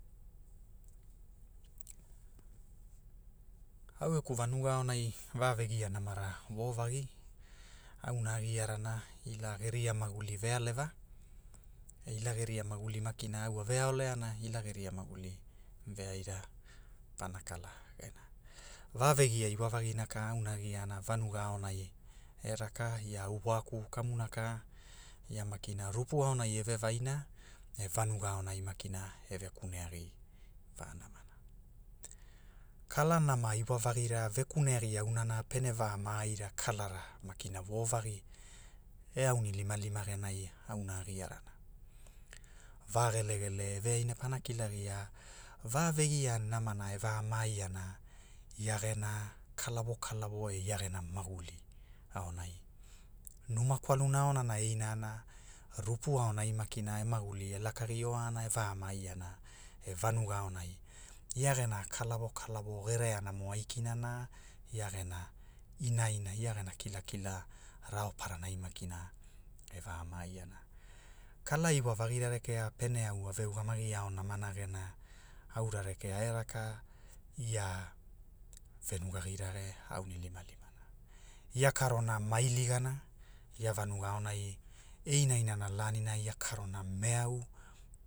Au geku vanuga aonai, va vagia namara, wovagi, auna a giarana, ila geria maguli vealeva, e ila geria maguli makina au a veaoleana ia geria maguli, veaira, pana kala gena, va ve gia iwa vagina ka ka auna a giana vanuga aonai, e raka ia au waaku kamuna ka, ia makina rupu aonai eve vaina a vanuga aonai makina, eve kuneagi vanama na. Kala nama iwavagira ve kuneagi aunana pene va maaira kalara makina wovagi, e aunilimalima auna a giarana, va gelegele, eveaina pana kilagia, va vegia namana e va maai ana ia geno kalawo kalawo ai gena maguli aonai, numa kwaluna aonanai na, rupu aonai makina e maguli e lakagi oana e va maai ana, e vanuga aonai, ia gena kala- wo kalawo gereana mo ai kinana, ai gena kilakila raoparani makina e va maai ana, kaka iwa vagi rekea pene au ave ugamagi aonamana gena aura rekea ai ge raka ia, venugugi rage, aunilimalimana. Ia karona ma iligana, a vanuga aonai, e ina ina laninai ia karona meau